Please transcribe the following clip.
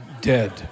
dead